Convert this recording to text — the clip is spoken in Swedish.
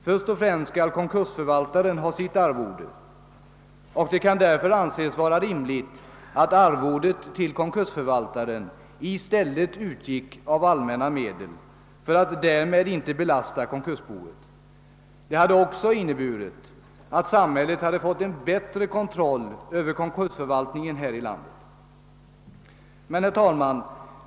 Först och främst skall konkursförvaltaren ha sitt arvode. Det kan därför anses vara rimligt att arvodet till konkursförvaltaren i stället utgår av allmänna medel för att inte belasta konkursboet. Det skulle också innebära att samhället finge en bättre kontroll över konkursförvaltningen här i landet. Herr talman!